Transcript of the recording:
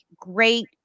great